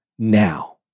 now